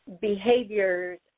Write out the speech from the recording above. behaviors